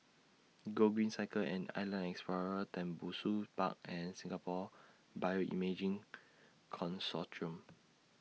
Gogreen Cycle and Island Explorer Tembusu Park and Singapore Bioimaging Consortium